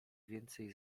więcej